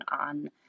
on